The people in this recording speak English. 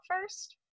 first